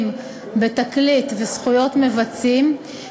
בתקליט וזכויות מבצעים (תיקוני חקיקה),